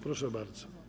Proszę bardzo.